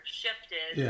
shifted